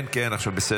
כן, כן, עכשיו בסדר.